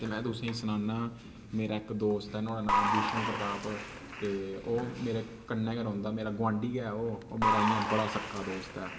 ते में तुसेंगी सनान्ना मेरा इक दोस्त ऐ नुहाड़ा नांऽ ऐ बिषम प्रताप ते ओह् मेरे कन्नै गै रौंह्दा मेरा गोआंढ़ी ऐ ओह् ओह् मेरा इ'यां बड़ा पक्का दोस्त ऐ